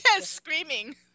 screaming